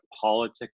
politics